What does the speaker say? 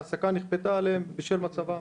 העסקה נכפתה עליהם בשל מצבם